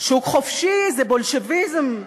שוק חופשי, זה בולשביזם.